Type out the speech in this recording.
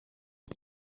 did